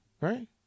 right